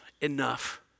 Enough